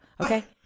okay